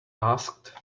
asked